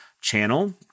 channel